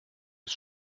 ist